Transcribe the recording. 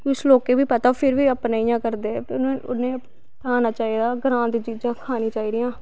कुछ लोकें बी पता फिर बी अपने इयां करदे कि उने समझाना चाही दा ग्रांऽ दी चीजां खानी चाही दियां